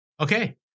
Okay